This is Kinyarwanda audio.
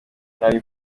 nari